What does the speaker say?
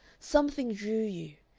something drew you.